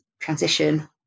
transition